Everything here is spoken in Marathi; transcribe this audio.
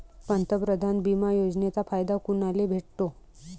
पंतप्रधान बिमा योजनेचा फायदा कुनाले भेटतो?